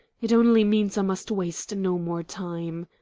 it only means i must waste no more time.